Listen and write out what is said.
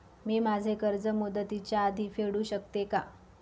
मी माझे कर्ज मुदतीच्या आधी फेडू शकते का?